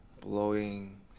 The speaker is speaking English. blowing